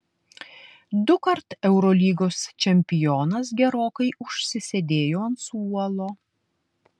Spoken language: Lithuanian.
dukart eurolygos čempionas gerokai užsisėdėjo ant suolo